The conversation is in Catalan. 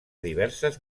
diverses